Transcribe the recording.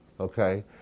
Okay